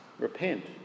Repent